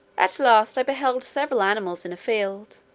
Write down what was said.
at last i beheld several animals in a field,